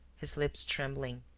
his lips trembling,